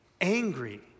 angry